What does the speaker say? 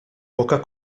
poca